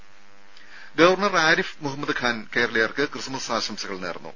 രുമ ഗവർണർ ആരിഫ് മുഹമ്മദ് ഖാൻ കേരളീയർക്ക് ക്രിസ്മസ് ആശംസകൾ നേർന്നു